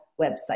website